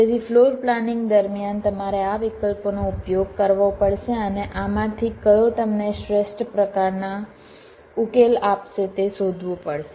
તેથી floor planning દરમિયાન તમારે આ વિકલ્પોનો ઉપયોગ કરવો પડશે અને આમાંથી કયો તમને શ્રેષ્ઠ પ્રકારના ઉકેલો આપશે તે શોધવું પડશે